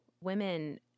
women